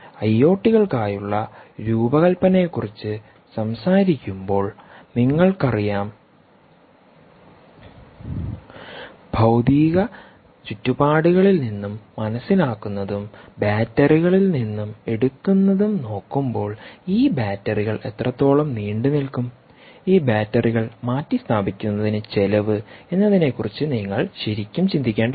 ഐഒടികൾക്കായുള്ള രൂപകൽപ്പനയെക്കുറിച്ച് സംസാരിക്കുമ്പോൾ നിങ്ങൾക്കറിയാം ഭൌതിക ചുറ്റുപാടുകളിൽ നിന്നും മനസ്സിലാക്കുന്നതും ബാറ്ററികളിൽ നിന്നും എടുക്കുന്നതും നോക്കുമ്പോൾ ഈ ബാറ്ററികൾ എത്രത്തോളം നീണ്ടുനിൽക്കും ഈ ബാറ്ററികൾ മാറ്റിസ്ഥാപിക്കുന്നതിന് ചിലവ്എന്നതിനെക്കുറിച്ച് നിങ്ങൾ ശരിക്കും ചിന്തിക്കേണ്ടതുണ്ട്